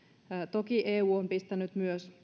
toki myös eu on pistänyt